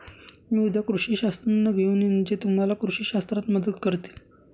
मी उद्या कृषी शास्त्रज्ञ घेऊन येईन जे तुम्हाला कृषी शास्त्रात मदत करतील